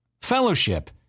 Fellowship